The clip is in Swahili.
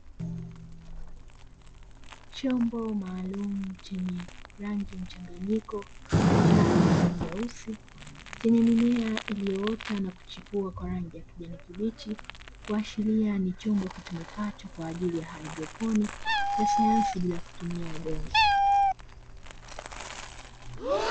Chombo maalumu chenye rangi mchanganyiko manjao na nyeusi, chenye mimea iliyoota na kuchipua kwa rangi ya kijani kibichi kuashiria ni chombo kitumikacho kwa ajili ya haidroponi ya sayansi bila kutumia udongo.